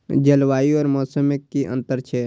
जलवायु और मौसम में कि अंतर छै?